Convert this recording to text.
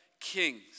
kings